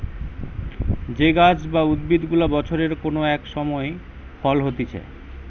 যে গাছ বা উদ্ভিদ গুলা বছরের কোন এক সময় ফল হতিছে